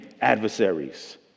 adversaries